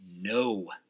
no